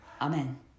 Amen